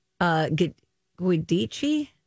Guidici